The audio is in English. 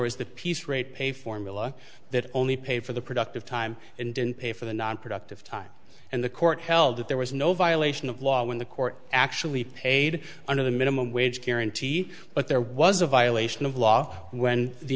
was the piece rape a formula that only paid for the productive time and didn't pay for the nonproductive time and the court held that there was no violation of law when the court actually paid under the minimum wage guarantee but there was a violation of law when the